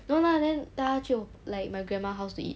no lah then 带她去 like my grandma house to eat